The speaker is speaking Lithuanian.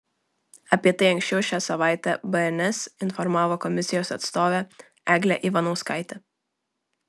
apie tai anksčiau šią savaitę bns informavo komisijos atstovė eglė ivanauskaitė